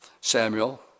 Samuel